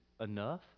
enough